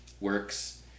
works